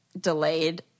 delayed